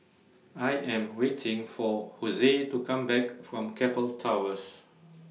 I Am waiting For Jose to Come Back from Keppel Towers